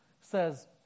Says